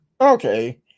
okay